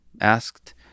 asked